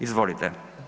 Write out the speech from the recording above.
Izvolite.